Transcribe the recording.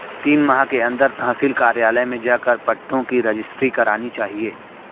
तीन माह के अंदर तहसील कार्यालय में जाकर पट्टों की रजिस्ट्री करानी चाहिए